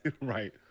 right